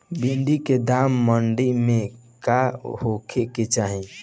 भिन्डी के दाम मंडी मे का होखे के चाही?